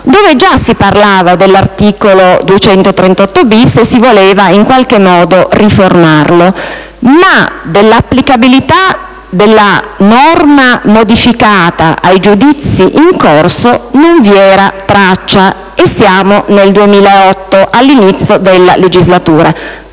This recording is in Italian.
cui già si parlava dell'articolo 238-*bis* con l'intenzione di riformarlo, ma dell'applicabilità della norma modificata ai giudizi in corso non vi era traccia. Siamo nel 2008, ad inizio legislatura.